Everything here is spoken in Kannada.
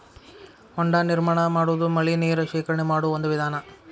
ಹೊಂಡಾ ನಿರ್ಮಾಣಾ ಮಾಡುದು ಮಳಿ ನೇರ ಶೇಖರಣೆ ಮಾಡು ಒಂದ ವಿಧಾನಾ